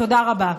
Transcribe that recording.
תודה רבה.